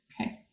okay